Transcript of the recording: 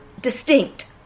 distinct